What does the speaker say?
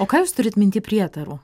o ką jūs turit minty prietarų